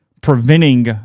preventing